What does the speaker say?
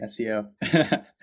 SEO